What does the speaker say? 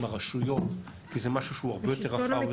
הרשויות כי זה משהו שהוא הרבה יותר רחב.